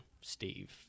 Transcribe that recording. Steve